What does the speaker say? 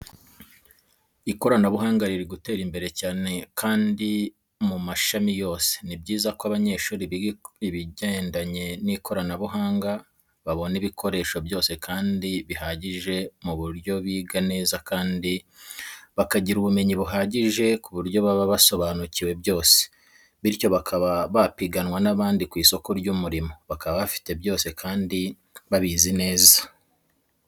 Ikoranabuhanga riri gutera imbere cyane kandi mu mashami yose. Ni byiza ko abanyeshuri biga ibigendanye n'ikoranabuhanga babona ibikoresho byose kandi bihagije ku buryo biga neza kandi bakagira ubumenyi buhagije ku buryo baba basobanukiwe byose, bityo bakaba bapiganwa n'abandi ku isoko ry'umurimo bakaba bafite byose kandi babizi neza.